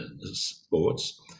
sports